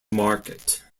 market